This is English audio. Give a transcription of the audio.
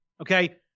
Okay